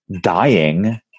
dying